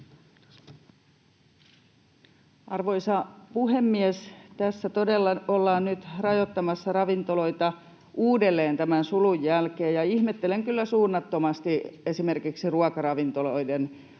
Arvoisa puhemies! Tässä todella ollaan nyt rajoittamassa ravintoloita uudelleen tämän sulun jälkeen, ja ihmettelen kyllä suunnattomasti esimerkiksi ruokaravintoloiden osuutta